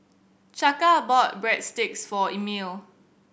Chaka bought Breadsticks for Emil